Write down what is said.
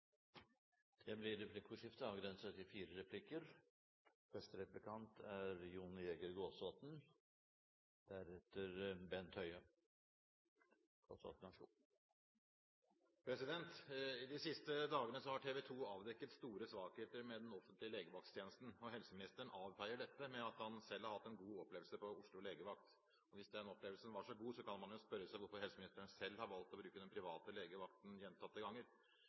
Det blir replikkordskifte. De siste dagene har TV2 avdekket store svakheter med den offentlige legevaktstjenesten, og helseministeren avfeier dette med at han selv har hatt en god opplevelse på Oslo legevakt. Hvis den opplevelsen var så god, kan man spørre seg om hvorfor helseministeren selv har valgt å bruke den private legevakten gjentatte ganger.